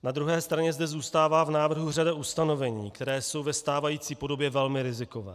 Na druhé straně zde zůstává v návrhu řada ustanovení, která jsou ve stávající podobě velmi riziková.